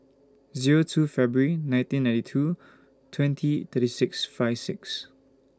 Zero two Febrary nineteen ninety two twenty thirty six five six